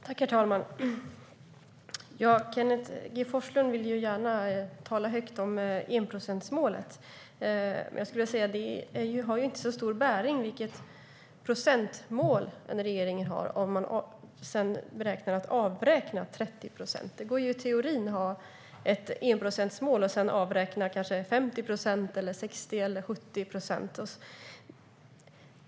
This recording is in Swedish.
Herr talman! Kenneth G Forslund vill gärna tala högt om enprocentsmålet, men det har inte så stor bäring vilket procentmål regeringen har om man sedan räknar med att avräkna 30 procent. Det går att ha ett enprocentsmål och sedan avräkna kanske 50, 60 eller 70 procent.